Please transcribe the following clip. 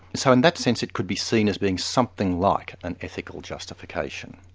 so in that sense it could be seen as being something like an ethical justification.